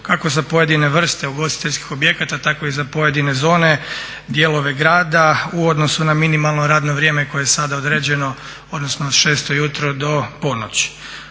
kako za pojedine vrste ugostiteljskih objekata tako i za pojedine zone, dijelove grada u odnosu na minimalno radno vrijeme koje je sada određeno odnosno od 6,00 ujutro do ponoći.